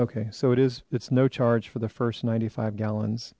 okay so it is it's no charge for the first ninety five gallons